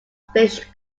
fish